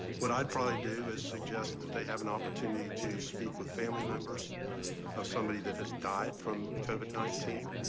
what i probably do is suggest that they have an opportunity to speak with family members of somebody that has died from covid nineteen.